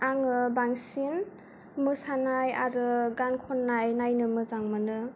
आङो बांसिन मोसानाय आरो गान खननाय नायनो मोजां मोनो